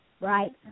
Right